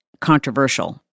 controversial